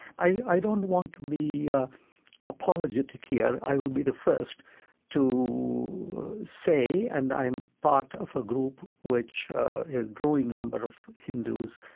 i i don't want to be apologetic here i will be the first to say and i am part of a group which a growing number of hindus,